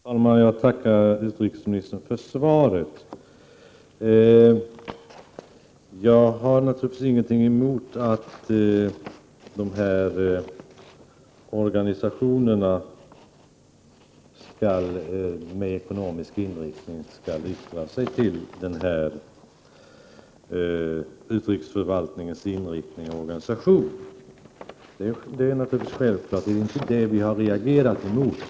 Herr talman! Jag tackar utrikesministern för svaret. Jag har naturligtvis ingenting emot att organisationer med ekonomiska intressen skall yttra om utrikesförvaltningens inriktning och organisation. Det är självklart, men det är inte det som vi har reagerat emot.